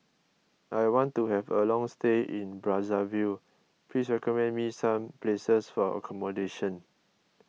I want to have a long stay in Brazzaville please recommend me some places for accommodation